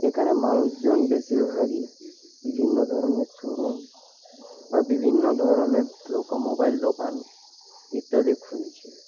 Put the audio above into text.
এখানে মানুষজন বেশিরভাগই বিভিন্ন ধরণের শোরুম বা বিভিন্ন ধরণের মোবাইল দোকান ইত্যাদি খুলছে